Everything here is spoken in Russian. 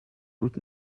суть